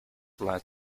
led